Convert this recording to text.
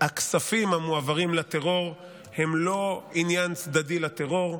שהכספים המועברים לטרור הם לא עניין צדדי לטרור.